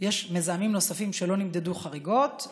יש מזהמים נוספים שלא נמדדו חריגות,